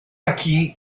aquí